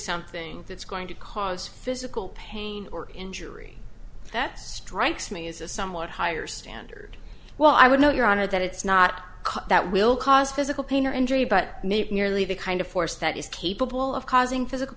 something that's going to cause physical pain or injury that strikes me as a somewhat higher standard well i would know your honor that it's not that will cause physical pain or injury but maybe merely the kind of force that is capable of causing physical